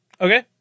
Okay